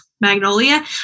Magnolia